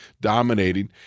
dominating